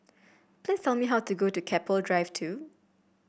please tell me how to go to Keppel Drive Two